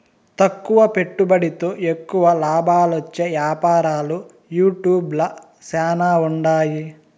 తక్కువ పెట్టుబడితో ఎక్కువ లాబాలొచ్చే యాపారాలు యూట్యూబ్ ల శానా ఉండాయి